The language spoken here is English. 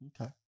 okay